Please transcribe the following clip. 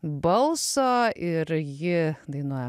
balso ir ji dainuoja